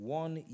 one